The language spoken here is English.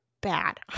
bad